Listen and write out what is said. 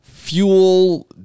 Fuel